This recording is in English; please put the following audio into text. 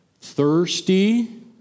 thirsty